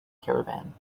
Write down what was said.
caravan